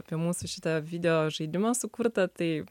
apie mūsų šitą video žaidimą sukurtą tai